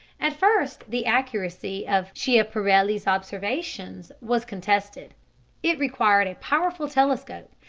at first the accuracy of schiaparelli's observations was contested it required a powerful telescope,